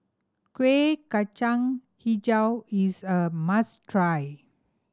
Kueh Kacang Hijau is a must try